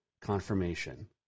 confirmation